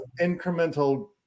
incremental